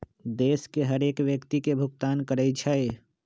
देश के हरेक व्यक्ति के भुगतान करइ छइ